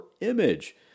image